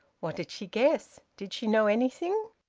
what did she guess? did she know anything?